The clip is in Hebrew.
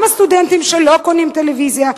גם סטודנטים שלא קונים טלוויזיה,